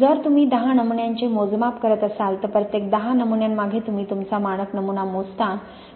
जर तुम्ही 10 नमुन्यांचे मोजमाप करत असाल तर प्रत्येक 10 नमुन्यांमागे तुम्ही तुमचा मानक नमुना मोजता